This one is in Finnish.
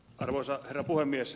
arvoisa herra puhemies